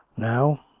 now,